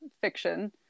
fiction